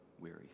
weary